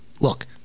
look